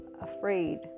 afraid